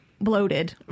bloated